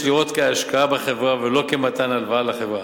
יש לראות כהשקעה בחברה ולא כמתן הלוואה לחברה,